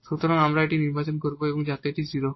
সুতরাং আমরা এটি নির্বাচন করব যাতে এটি 0 হয়